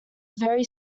very